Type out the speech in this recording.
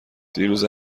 دیروز